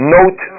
Note